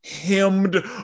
hemmed